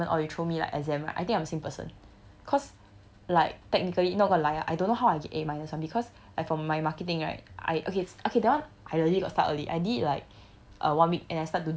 no matter you throw me assignment or you throw me like exam right I think I'm same person cause like technically not gonna lie ah I don't know how I get A minus [one] because I from my marketing right I okay okay that one I really got start early I did like